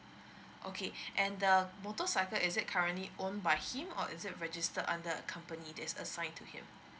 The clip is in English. okay and the motorcycle is it currently own by him or is it registered under a company that is assigned to him